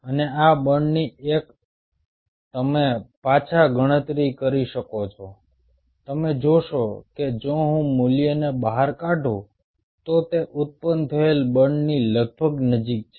અને આ બળની તમે પાછા ગણતરી કરી શકો છો તમે જોશો કે જો હું મૂલ્યને બહાર કાઢું તો તે ઉત્પન્ન થયેલ બળની લગભગ નજીક છે